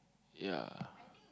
ya